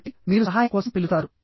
కాబట్టి మీరు సహాయం కోసం పిలుస్తారు